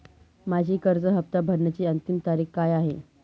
माझी कर्ज हफ्ता भरण्याची अंतिम तारीख काय आहे?